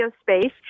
space